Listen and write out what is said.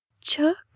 Chuck